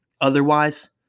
otherwise